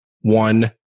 one